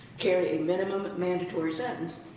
carry a minimum mandatory sentence,